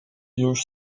już